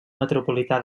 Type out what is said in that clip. metropolità